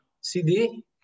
CD